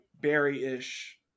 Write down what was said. berry-ish